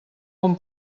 com